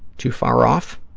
too far off,